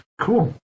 Cool